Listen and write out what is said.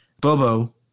Bobo